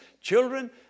children